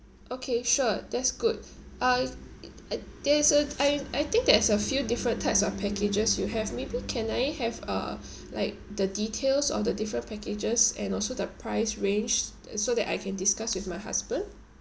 okay sure that's good I it at~ there is a I I think there's a few different types of packages you have maybe can I have uh like the details of the different packages and also the price range so that I can discuss with my husband